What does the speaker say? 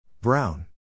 Brown